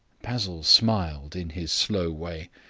basil smiled in his slow way.